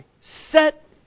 set